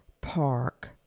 Park